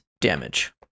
damage